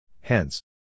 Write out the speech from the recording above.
Hence